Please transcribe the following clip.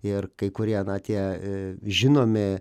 ir kai kurie na tie žinomi